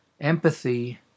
empathy